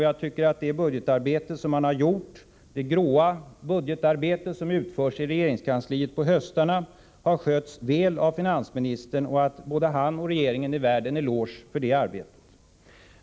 Jag tycker att det arbete man gjort, det gråa budgetarbete som utförs i regeringskansliet på höstarna, har skötts väl av finansministern. Han och regeringen är värda en eloge för detta arbete.